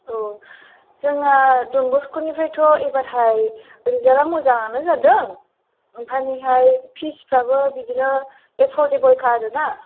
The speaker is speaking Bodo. औ जोंना डन बस्क' निफ्रायथ' एबारहाय रिजाल्टा मोजाङानो जादों ओमफ्रायनिहाय फिच फ्राबो बिदिनो एफर्डेबल खा आरोना